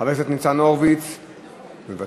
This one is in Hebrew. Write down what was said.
חבר הכנסת ניצן הורוביץ מוותר,